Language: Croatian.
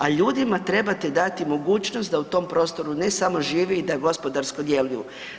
A ljudima trebate dati mogućnost, da u tom prostoru, ne samo žive i da gospodarski djeluju.